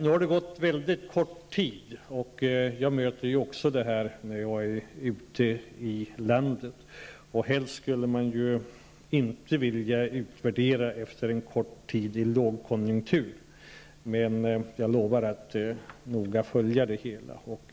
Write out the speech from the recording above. Det har nu gått mycket kort tid, och jag möter det här också när jag är ute i landet. Helst skulle jag inte vilja utvärdera detta efter en kort tid i en lågkonjunktur, men jag lovar att noga följa det hela.